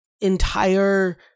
entire